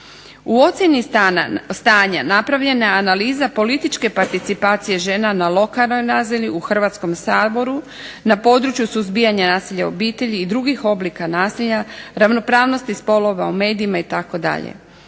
U ocjeni stanja, napravljena je analiza političke participacije žena na lokalnoj razini, u Hrvatskom saboru, na području suzbijanja nasilja u obitelji, drugih oblika nasilja, ravnopravnosti spolova u medijima itd.